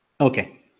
Okay